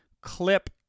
clip